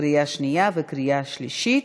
קריאה שנייה וקריאה שלישית,